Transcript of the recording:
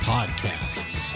Podcasts